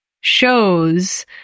shows